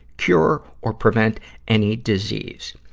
cure, or prevent any disease.